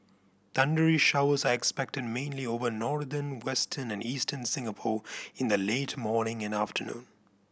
thundery showers are expected mainly over northern western and eastern Singapore in the late morning and afternoon